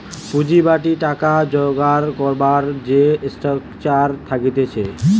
পুঁজিবাদী টাকা জোগাড় করবার যে স্ট্রাকচার থাকতিছে